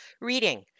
Reading